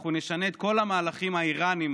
אנחנו נשנה את כל המהלכים האיראניים